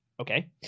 okay